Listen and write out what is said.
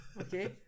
Okay